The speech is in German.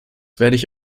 werde